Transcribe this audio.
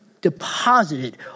deposited